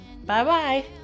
Bye-bye